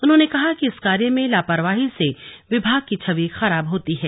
उन्होंने कहा कि इस कार्य में लापरवाही से विभाग की छवि खराब होती है